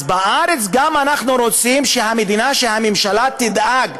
אז גם בארץ אנחנו רוצים שהממשלה תדאג,